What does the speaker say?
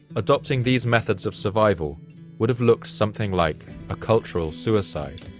adopting these methods of survival would have looked something like a cultural suicide.